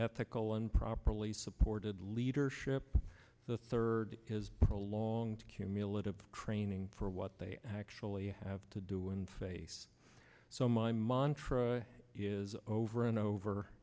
ethical and properly supported leadership the third has prolonged cumulative training for what they actually have to do and face so my montra is over and over